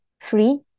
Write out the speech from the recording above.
free